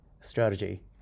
strategy